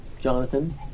Jonathan